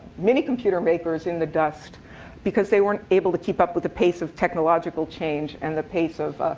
mini-computer makers in the dust because they weren't able to keep up with the pace of technological change and the pace of